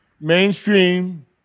Mainstream